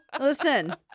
Listen